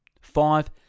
Five